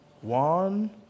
one